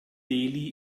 delhi